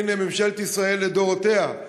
והינה ממשלות ישראל לדורותיהן,